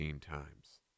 times